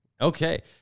Okay